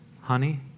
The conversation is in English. honey